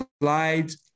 slides